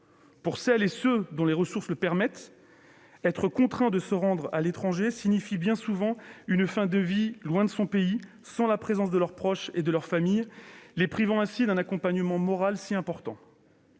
Pour celles et ceux qui en ont les moyens, être contraint de se rendre à l'étranger signifie bien souvent une fin de vie loin de leur pays, sans la présence de leurs proches et de leur famille, privés d'un accompagnement moral si important.